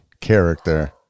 character